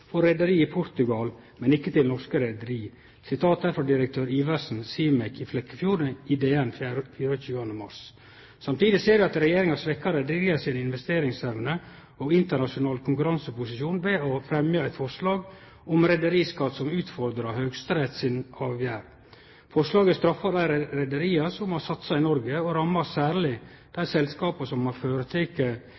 et rederi i Portugal, men ikke til et norsk rederi.» Dette sitatet er frå direktør Iversen, Simek i Flekkefjord, i Dagens Næringsliv 24. mars. Samtidig ser vi at regjeringa svekkjer reiarlaga si investeringsevne og deira internasjonale konkurranseposisjon ved å fremje eit forslag om reiarlagsskatt som utfordrar Høgsterett si avgjerd. Forslaget straffar dei reiarlaga som har satsa i Noreg, og rammar særleg dei